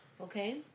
okay